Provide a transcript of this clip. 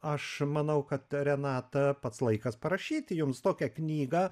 aš manau kad renata pats laikas parašyti jums tokią knygą